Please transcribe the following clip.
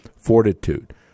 fortitude